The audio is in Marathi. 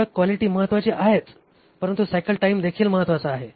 प्रॉडक्ट क्वालिटी महत्वाची आहेच परंतु सायकल टाइम देखील महत्वाचा आहे